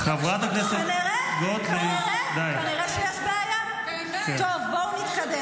--- חברת הכנסת גוטליב, אני נותן עוד דקה